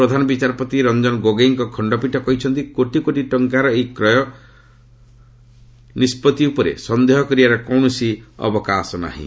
ପ୍ରଧାନମନ୍ତ୍ରୀ ବିଚାରପତି ରଞ୍ଜନ ଗୋଗେଇଙ୍କ ଖଣ୍ଡପୀଠ କହିଛନ୍ତି କୋଟି କୋଟି ଟଙ୍କାର ଏହି କ୍ରୟ ନିଷ୍କଭି ଉପରେ ସନ୍ଦେହ କରିବାର କୌଣସି ଅବକାଶ ନାହିଁ